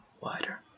wider